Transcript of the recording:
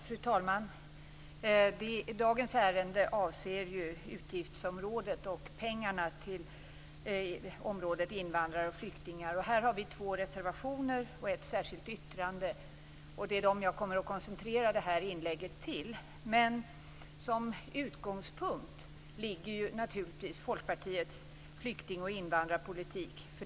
Fru talman! Dagens ärende avser utgiftsområdet Invandrare och flyktingar och pengarna till detta område. Här har vi två reservationer och ett särskilt yttrande, och det är dem jag kommer att koncentrera det här inlägget till. Som utgångspunkt ligger naturligtvis Folkpartiets flykting och invandrarpolitik.